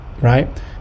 Right